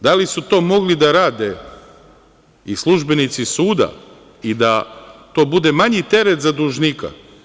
Da li su to mogli da rade i službenici suda i da to bude manji teret za dužnika?